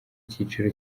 cyiciro